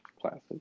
Classic